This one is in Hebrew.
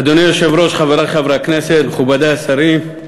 אדוני היושב-ראש, חברי חברי הכנסת, מכובדי השרים,